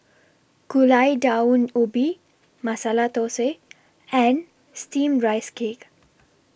Gulai Daun Ubi Masala Thosai and Steamed Rice Cake